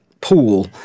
pool